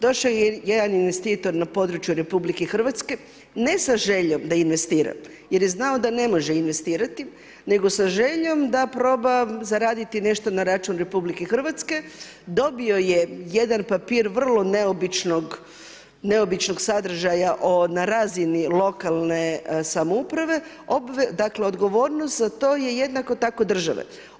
Došao je jedan investitor na području RH, ne sa željom da investira jer je znao da ne može investirati nego sa željom da proba zaraditi nešto na račun RH, dobio je jedan papir vrlo neobičnog sadržaja na razini lokalne samouprave, dakle odgovornost za to je jednako tako država.